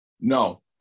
No